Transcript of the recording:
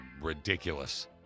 ridiculous